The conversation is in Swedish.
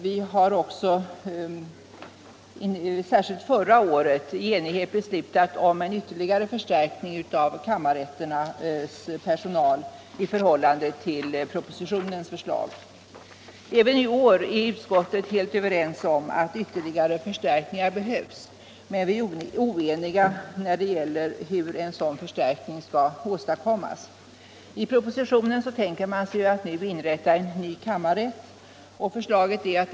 Vi har särskilt förra året i enighet beslutat om en ytterligare förstärkning av kammarrätternas personal i förhållande till propositionens förslag. Även i år är utskottet helt enigt om att ytterligare förstärkningar behövs, men vi är oense när det gäller hur en sådan förstärkning skall åstadkommas. I propositionen tänker man sig att en ny kammarrätt skall inrättas.